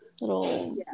little